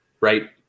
right